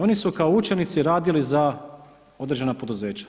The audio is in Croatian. Oni su kao učenici radili za određena poduzeća.